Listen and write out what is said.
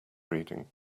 reading